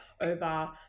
over